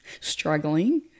struggling